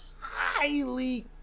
highly